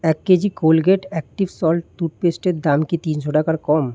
এক KG Colgate active salt টুথপেস্টের দাম কি তিনশো টাকার কম